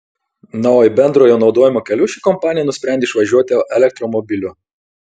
na o į bendrojo naudojimo kelius ši kompanija nusprendė išvažiuoti elektromobiliu